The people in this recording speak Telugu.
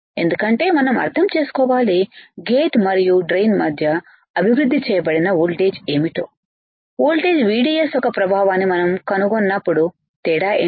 ఎందుకంటే మనం అర్థం చేసుకోవాలి గేట్ మరియు డ్రై న్ మధ్య అభివృద్ధి చేయబడిన వోల్టేజ్ ఏమిటో వోల్టేజ్ VDSయొక్క ప్రభావాన్ని మనం కనుగొన్నప్పుడు తేడా ఏమిటి